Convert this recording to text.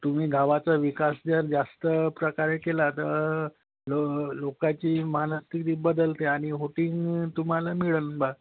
तुम्ही गावाचा विकास जर जास्त प्रकारे केला तर लो लोकाची मनस्थिती बदलते आणि होटिंग तुम्हाला मिळेल बा